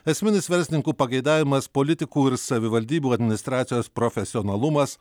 esminis verslininkų pageidavimas politikų ir savivaldybių administracijos profesionalumas